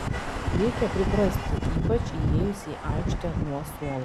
reikia priprasti ypač įėjus į aikštę nuo suolo